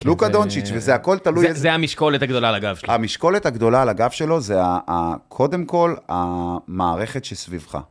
לוקה דונצ'יץ', וזה הכל תלוי איזה... זה המשקולת הגדולה על הגב שלו. המשקולת הגדולה על הגב שלו זה קודם כל המערכת שסביבך.